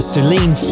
Celine